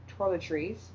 toiletries